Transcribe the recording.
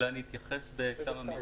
אולי אני אתייחס בכמה מילים?